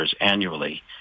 annually